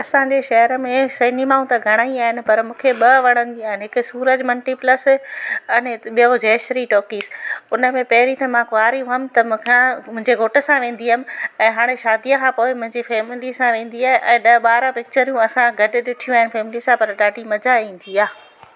असांजे शहर में सिनेमाऊं त घणा ई आहिनि पर मूंखे ॿ वणंदियूं आहिनि हिकु सूरज मल्टी प्लस अने ॿियो जय श्री टॉकीस हुन में पहिरीं त मां कुंवारी हुअमि त मुखां मुंजे घोटु सां वेंदी हुअमि ऐं हाणे शादीअ खां पोइ मुंहिंजी फैमिलीअ सां वेंदी आहियां ऐं ॾह ॿारहं पिचरूं असां गॾु ॾिठियूं आहिनि फैमिली सां पर ॾाढी मज़ा ईंदी आहे